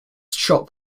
shop